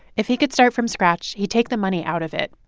if he could start from scratch, he'd take the money out of it.